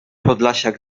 podlasiak